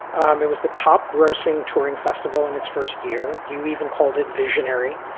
um it was the top grossing touring festival in its first year. you even called it visionary.